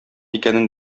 икәнен